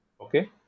okay